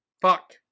Fuck